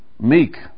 Meek